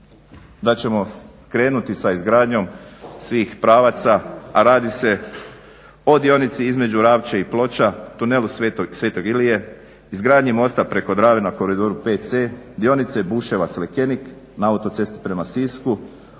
da ćemo krenuti sa izgradnjom svih pravaca, a radi se o dionici između Ravča i Ploča, tunelu sv. Ilije, izgradnji mosta preko Drave na Koridoru 5C, dionice Buševac-Lekenik na autocesti prema Sisku.